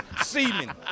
seaman